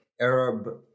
Arab